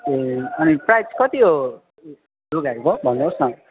ए अनि साइज कति हो लुगाहरूको भन्नु होस् न